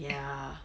ya